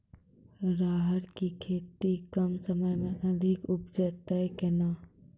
राहर की खेती कम समय मे अधिक उपजे तय केना?